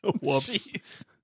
Whoops